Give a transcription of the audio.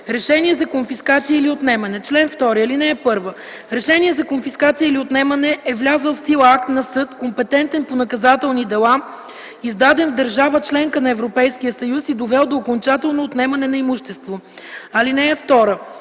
„Решение за конфискация или отнемане Чл. 2.(1) Решение за конфискация или отнемане е влязъл в сила акт на съд, компетентен по наказателни дела, издаден в държава – членка на Европейския съюз, и довел до окончателно отнемане на имущество.